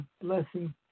blessing